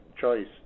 choice